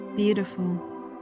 beautiful